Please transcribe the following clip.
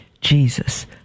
Jesus